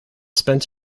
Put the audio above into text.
spent